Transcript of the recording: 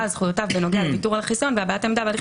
הודעה על זכויותיו בנוגע לוויתור על החיסיון והבעת עמדה בהליכי